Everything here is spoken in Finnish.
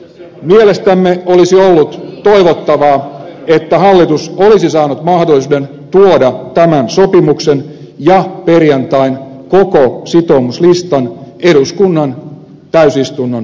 mielestämme olisi ollut toivottavaa että hallitus olisi saanut mahdollisuuden tuoda tämän sopimuksen ja perjantain koko sitoumuslistan eduskunnan täysistunnon käsittelyyn